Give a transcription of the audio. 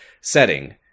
Setting